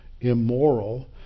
immoral